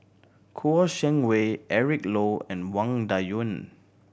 Kouo Shang Wei Eric Low and Wang Dayuan